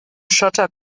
schotter